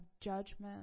judgment